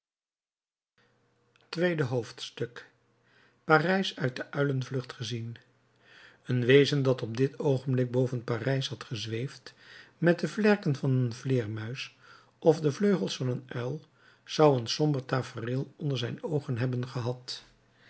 tweede hoofdstuk parijs uit de uilenvlucht gezien een wezen dat op dit oogenblik boven parijs had gezweefd met de vlerken van een vleermuis of de vleugels van een uil zou een somber tafereel onder zijn oogen hebben gehad